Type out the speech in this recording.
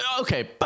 Okay